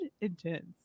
intense